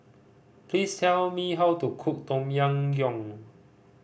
please tell me how to cook Tom Yam Goong